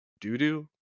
doo-doo